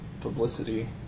publicity